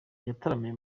yataramiye